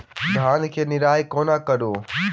धान केँ निराई कोना करु?